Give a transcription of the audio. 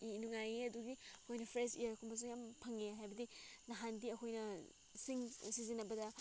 ꯅꯨꯡꯉꯥꯏꯌꯦ ꯑꯗꯨꯒꯤ ꯑꯩꯈꯣꯏꯅ ꯐ꯭ꯔꯦꯁ ꯑꯦꯌꯥꯔꯒꯨꯝꯕꯁꯨ ꯌꯥꯝ ꯐꯪꯉꯦ ꯍꯥꯏꯕꯗꯤ ꯅꯍꯥꯟꯗꯤ ꯑꯩꯈꯣꯏꯅ ꯁꯤꯡ ꯁꯤꯖꯤꯟꯅꯕꯗ